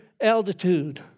altitude